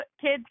kids